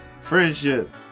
Friendship